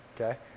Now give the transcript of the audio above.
Okay